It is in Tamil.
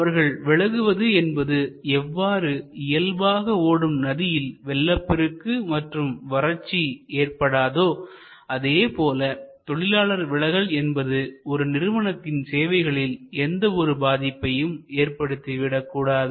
அவர்கள் விலகுவது என்பது எவ்வாறு இயல்பாக ஓடும் நதியில் வெள்ளப்பெருக்கு மற்றும் வறட்சி ஏற்படதோ அதேபோல தொழிலாளர்கள் விலகல் என்பது ஒரு நிறுவனத்தின் சேவைகளில் எந்த ஒரு பாதிப்பையும் ஏற்படுத்தி விடக்கூடாது